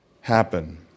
happen